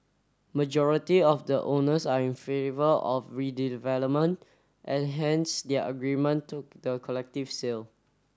majority of the owners are in favour of redevelopment and hence their agreement to the collective sale